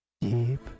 deep